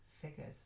figures